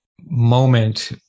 moment